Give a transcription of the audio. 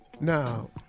now